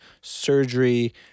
surgery